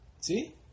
See